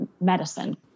medicine